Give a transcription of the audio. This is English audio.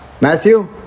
Matthew